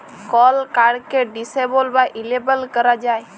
call কাড়কে disable বা enable ক্যরা যায়